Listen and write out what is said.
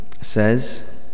says